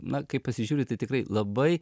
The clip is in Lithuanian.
na kai pasižiūri tai tikrai labai